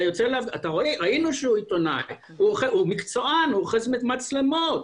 ראינו שהוא עיתונאי, הוא מקצוען, הוא אוחז מצלמות.